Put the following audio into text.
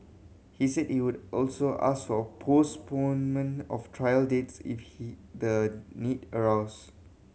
he said he would also ask for a postponement of trial dates if he the need arose